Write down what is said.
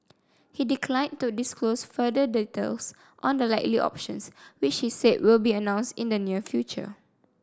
he declined to disclose further details on the likely options which he said will be announced in the near future